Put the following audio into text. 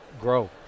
grow